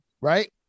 right